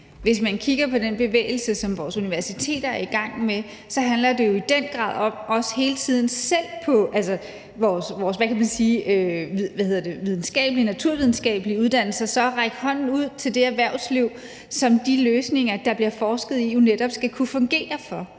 Hvis man kigger på den bevægelse, som vores universiteter er i gang med, handler det jo i den grad om, selv på vores naturvidenskabelige uddannelser, også hele tiden at række hånden ud til det erhvervsliv, som de løsninger, der bliver forsket i, jo netop skal kunne fungere for.